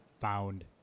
found